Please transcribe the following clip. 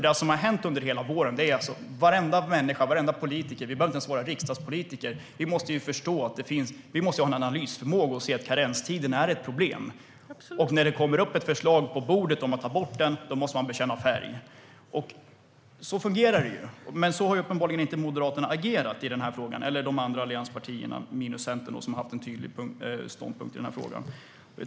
Det som har hänt under hela våren gör att varenda människa, varenda politiker - man behöver inte ens vara riksdagspolitiker - måste ha analysförmåga och se att karenstiden är ett problem. När det kommer ett förslag på bordet om att ta bort den måste man bekänna färg. Så fungerar det ju. Men så har Moderaterna och de andra allianspartierna uppenbarligen inte agerat i den här frågan - med undantag för Centern, som har haft en tydlig ståndpunkt i frågan.